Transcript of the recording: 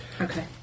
Okay